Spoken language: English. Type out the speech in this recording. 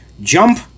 jump